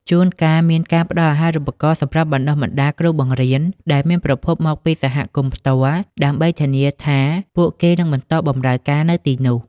ជួនកាលមានការផ្តល់អាហារូបករណ៍សម្រាប់បណ្តុះបណ្តាលគ្រូបង្រៀនដែលមានប្រភពមកពីសហគមន៍ផ្ទាល់ ដើម្បីធានាថាពួកគេនឹងបន្តបម្រើការនៅទីនោះ។